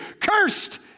Cursed